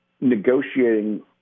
negotiating